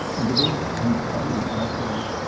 in the big, uncarpeted alcove,